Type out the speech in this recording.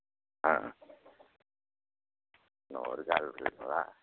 ஆ இன்னும் ஒரு கால் பேசவா